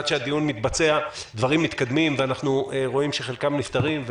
עד שהדיון מתבצע דברים מתקדמים ואנחנו רואים שחלקם נפתרים,